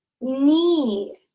knee